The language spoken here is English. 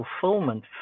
fulfillment